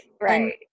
right